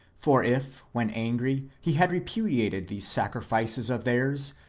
for if, when angry. he had repu diated these sacrifices of theirs,